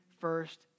first